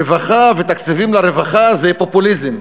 רווחה ותקציבים לרווחה זה פופוליזם.